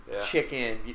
chicken